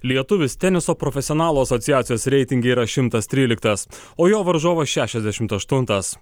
lietuvis teniso profesionalų asociacijos reitinge yra šimtas tryliktas o jo varžovas šešiasdešimt aštuntas